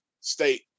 state